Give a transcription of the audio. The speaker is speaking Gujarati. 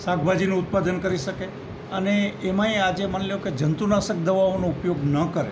શાકભાજીનું ઉત્પાદન કરી શકે અને એમાંય આજે માની લ્યો કે જંતુનાશક દવાઓનો ઉપયોગ ન કરે